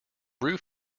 roof